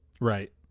right